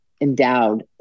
endowed